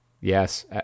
Yes